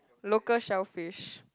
local shellfish